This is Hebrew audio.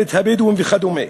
מינהלת הבדואים וכדומה,